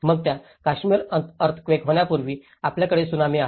मग त्या काश्मीर अर्थक्वेक होण्यापूर्वी आपल्याकडे त्सुनामी आहे